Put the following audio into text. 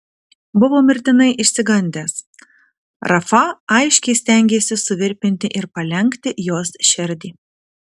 buvo mirtinai išsigandęs rafa aiškiai stengėsi suvirpinti ir palenkti jos širdį